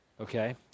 okay